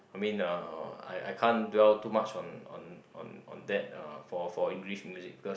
I mean uh I I can't dwell to much on on on on that uh for for English music because